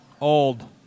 Old